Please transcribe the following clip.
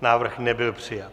Návrh nebyl přijat.